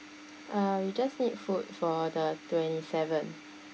uh we just need food for the twenty seven